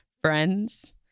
friends